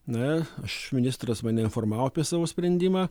na aš ministras mane informavo apie savo sprendimą